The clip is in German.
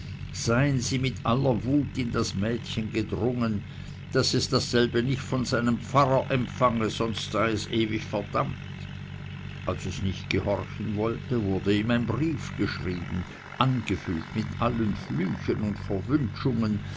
seien sie mit aller wut in das mädchen gedrungen daß es dasselbe nicht von seinem pfarrer empfange sonst sei es ewig verdammt als es nicht gehorchen wollte wurde ihm ein brief geschrieben angefüllt mit allen flüchen und